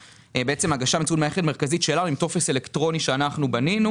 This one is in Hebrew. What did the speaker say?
ההגשה היא באמצעות מערכת מרכזית שלנו בטופס אלקטרוני שבנינו.